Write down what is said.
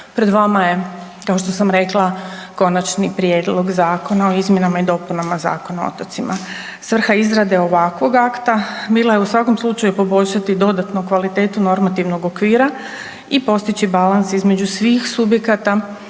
Pred vama je, kao što sam rekla, Konačni prijedlog zakona o izmjenama i dopunama Zakona o otocima. Svrha izrade ovakvog akta bila je u svakom slučaju poboljšati dodatno kvalitetu normativnog okvira i postići balans između svih subjekata